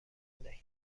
دهید